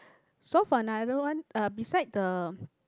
so for another one uh beside the